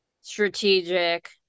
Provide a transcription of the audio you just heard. strategic